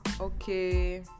okay